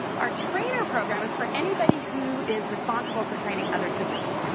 our trainer program is for anybody who is responsible for training other teachers.